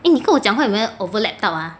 eh 你跟我讲话有没有 overlap 到 ah